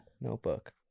Notebook